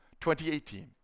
2018